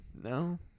no